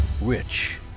Rich